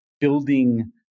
building